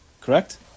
Correct